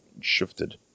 shifted